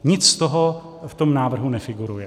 Nic z toho v tom návrhu nefiguruje.